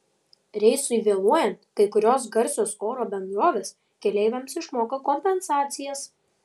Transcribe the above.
reisui vėluojant kai kurios garsios oro bendrovės keleiviams išmoka kompensacijas